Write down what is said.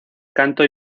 canto